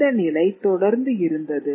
இந்த நிலை தொடர்ந்து இருந்தது